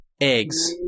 eggs